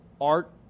art